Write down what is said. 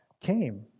came